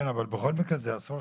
כן, אבל בכל מקרה, אסור